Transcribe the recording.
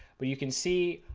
but you can see,